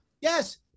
Yes